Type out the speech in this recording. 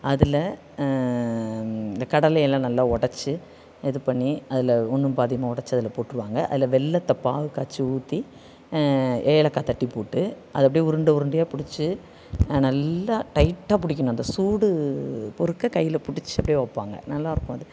அதில் இந்த கடலை எல்லாம் நல்லா உடச்சி இது பண்ணி அதில் ஒன்றும் பாதியுமா உடச்சி அதில் போட்டிருவாங்க அதில் வெல்லத்தை பாகு காய்ச்சி ஊற்றி ஏலக்காய் தட்டி போட்டு அது அப்டி உருண்டை உருண்டையாக பிடிச்சி நல்லா டயிட்டாக பிடிக்கிணும் அதை சூடு பொறுக்க கையில் பிடிச்சி அப்டி வைப்பாங்க நல்லா இருக்கும் அது